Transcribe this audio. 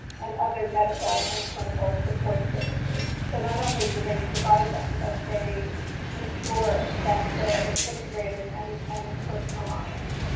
and other medical and clinical support services. so not only do they provide them, but they ensure that they are integrated and and personalized.